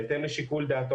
בהתאם לשיקול דעתו.